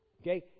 Okay